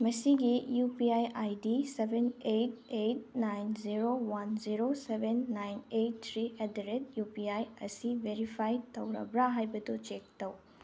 ꯃꯁꯤꯒꯤ U P I I D seven eight eight nine zero one zero seven nine eight three at the rate U P I ꯑꯁꯤ verified ꯇꯧꯔꯕ꯭ꯔꯥ ꯍꯥꯏꯕꯗꯨ check ꯇꯧ